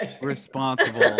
responsible